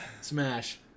Smash